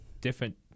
different